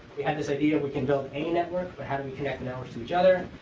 we had this idea, we can build any network, but how do we connect networks to each other?